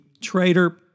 trader